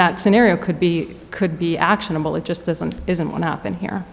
that scenario could be could be actionable it just doesn't isn't what happened here